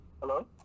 Hello